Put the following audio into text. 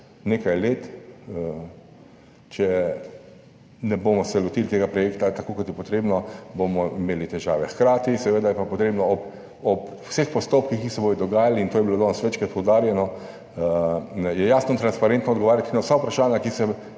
nekaj let, če se ne bomo lotili tega projekta tako, kot je potrebno, težave. Hkrati je pa potrebno ob vseh postopkih, ki se bodo dogajali, in to je bilo danes večkrat poudarjeno, jasno in transparentno odgovarjati na vsa vprašanja, ki se